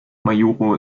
majuro